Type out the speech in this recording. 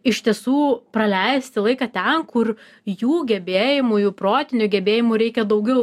iš tiesų praleisti laiką ten kur jų gebėjimų jų protinių gebėjimų reikia daugiau